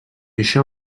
això